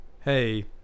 hey